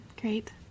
Great